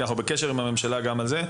אנחנו בקשר עם הממשלה על זה.